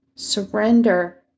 surrender